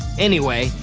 anyway,